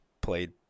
played